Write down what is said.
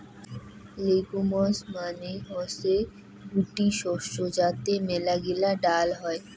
legumes মানে হসে গুটি শস্য যাতে মেলাগিলা ডাল হই